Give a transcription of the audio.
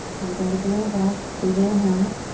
you got to bring the breath. big inhale.